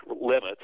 limits